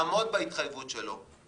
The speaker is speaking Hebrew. לעמוד בהתחייבות שלו.